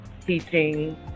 teaching